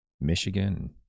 Michigan